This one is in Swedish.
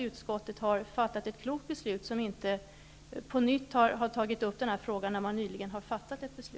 Utskottet har fattat ett klokt beslut när man inte på nytt har tagit upp den här frågan där riksdagen nyligen har fattat ett beslut.